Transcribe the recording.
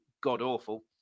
god-awful